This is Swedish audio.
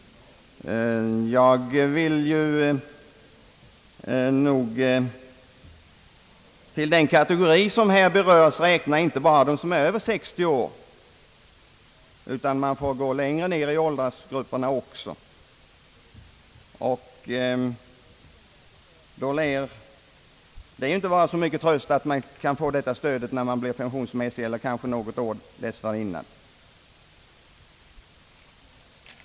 Jag vill dessutom till den kategori som här berörs räkna inte bara dem som är över 60 år, utan man får gå längre ned i åldersgrupperna. Då lär det inte vara så mycken tröst att man kan få detta stöd när man blir pensionär eHer kanske något år dessförinnan.